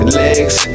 legs